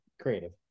creative